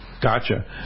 Gotcha